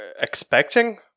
expecting